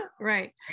Right